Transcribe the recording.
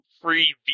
free